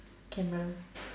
camera